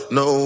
no